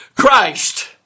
Christ